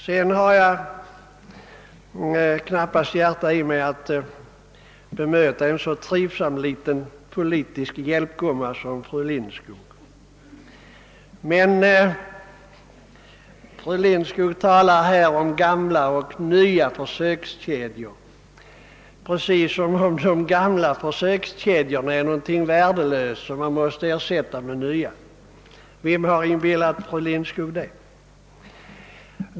Sedan har jag knappast hjärta att bemöta en så trivsam liten politisk hjälpgumma som fru Lindskog. Men fru Lindskog talar här om gamla och nya försökskedjor precis som om de gamla försökskedjorna vore värdelösa och måste ersättas med nya. Vem har inbillat fru Lindskog det?